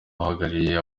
uhagarariye